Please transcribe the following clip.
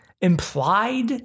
implied